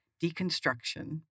Deconstruction